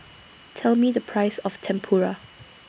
Tell Me The Price of Tempura